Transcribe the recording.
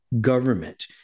government